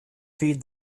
feed